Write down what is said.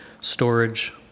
storage